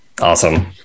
Awesome